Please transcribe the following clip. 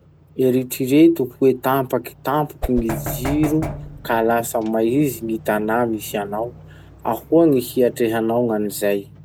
Eritsereto hoe tampaky tampoky gny jiro ka lasa maizy gny tanà misy anao. Ahoa gny hiatrehanao gnam'izay?